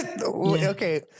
Okay